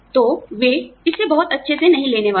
तो वे इसे बहुत अच्छे से नहीं लेने वाले